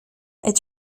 est